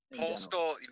Postal